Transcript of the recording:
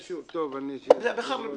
טוב, אני אשאל את היושב-ראש.